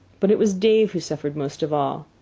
but it was dave who suffered most of all.